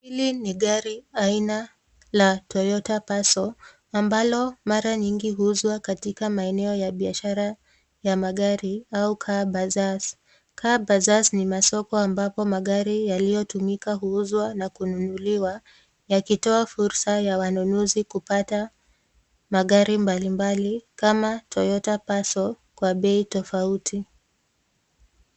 Hili ni gari aina la Toyota Passo, ambalo mara nyingi huuzwa katika maeneo ya biashara ya magari au car bazzars . Car bazzaars ni masoko ambapo magari yaliyotumika huuzwa na kununuliwa, yakitoa fursa ya wanunuzi kupata magari mbalimbali kama Toyota Passo kwa bei tofauti.